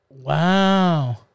Wow